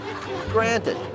Granted